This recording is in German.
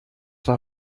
war